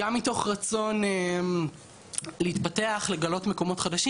גם מתוך רצון להתפתח, לגלות מקומות חדשים.